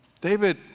David